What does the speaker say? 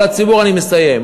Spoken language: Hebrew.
אני מסיים.